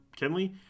Kenley